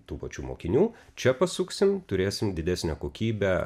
tų pačių mokinių čia pasuksim turėsim didesnę kokybę